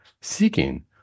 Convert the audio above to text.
seeking